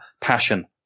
passion